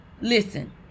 listen